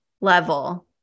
level